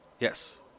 Yes